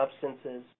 substances